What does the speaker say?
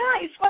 nice